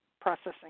processing